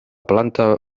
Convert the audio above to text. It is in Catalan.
planta